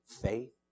faith